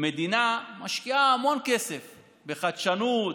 המדינה משקיעה המון כסף בחדשנות,